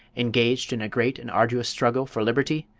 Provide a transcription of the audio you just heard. engaged in a great and arduous struggle for liberty?